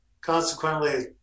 consequently